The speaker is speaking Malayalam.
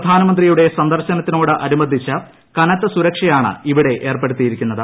പ്രധാനന്ത്രിയുടെ സന്ദർശനത്തോട് അനു ബന്ധിച്ച് കനത്ത സുരക്ഷയാണ് ഇവിടെ ഏർപ്പെടുത്തിയിരിക്കുന്ന ത്